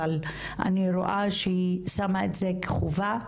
אבל אני רואה שהיא שמה את זה כחובה,